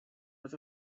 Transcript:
was